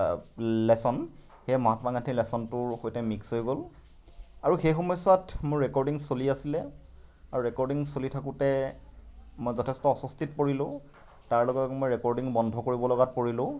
lesson সেই মহাত্মা গান্ধীৰ লেছনটোৰ সৈতে মিক্স হৈ গ'ল আৰু সেই সময়চোৱাত মোৰ ৰেকৰ্ডিং চলি আছিলে আৰু ৰেকৰ্ডিং চলি থাকোঁতে মই যথেষ্ট অস্বস্তিত পৰিলোঁ তাৰ লগত মই ৰেকৰ্ডিং বন্ধ কৰিব লগাত পৰিলোঁ